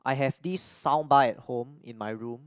I have this soundbar at home in my room